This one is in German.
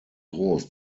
groß